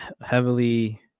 heavily